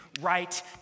right